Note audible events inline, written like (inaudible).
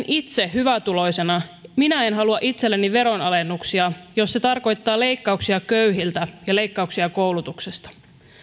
(unintelligible) itse hyvätuloisena minä en en halua itselleni veronalennuksia jos se tarkoittaa leikkauksia köyhiltä ja leikkauksia koulutuksesta